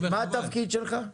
מה התפקיד שלך?